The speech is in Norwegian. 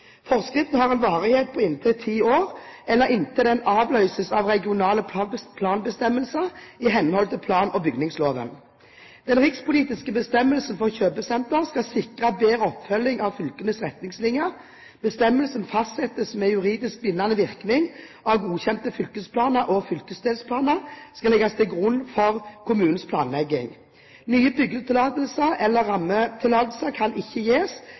Forskriften har en varighet på inntil ti år eller inntil den avløses av regionale planbestemmelser i henhold til plan- og bygningsloven. Den rikspolitiske bestemmelsen for kjøpesentre skal sikre bedre oppfølging av fylkenes retningslinjer. Bestemmelsen fastsetter med juridisk bindende virkning at godkjente fylkesplaner og fylkesdelplaner skal legges til grunn for kommunenes planlegging. Nye byggetillatelser eller rammetillatelser kan ikke gis